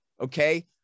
Okay